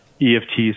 EFTs